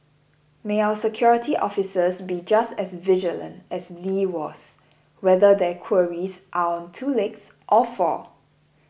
may our security officers be just as vigilant as Lee was whether their quarries are on two legs or four